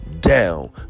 down